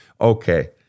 Okay